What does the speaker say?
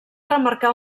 remarcar